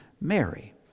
Mary